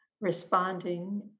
responding